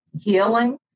healing